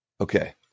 Okay